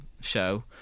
show